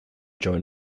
joined